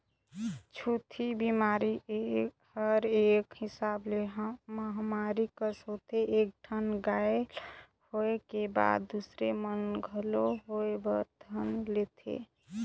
छूतही बेमारी हर एक हिसाब ले महामारी कस होथे एक ठन गाय ल होय के बाद दूसर मन ल घलोक होय बर धर लेथे